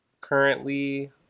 currently